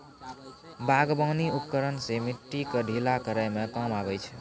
बागबानी उपकरन सें मिट्टी क ढीला करै म काम आबै छै